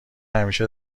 همیشه